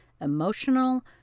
emotional